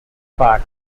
part